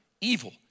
evil